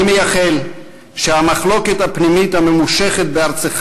אני מייחל שהמחלוקת הפנימית הממושכת בארצך